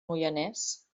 moianès